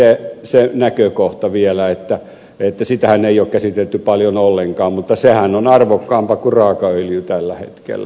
pohjavedestä se näkökohta vielä että sitähän ei ole käsitelty paljon ollenkaan mutta sehän on arvokkaampaa kuin raakaöljy tällä hetkellä